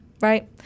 Right